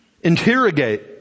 interrogate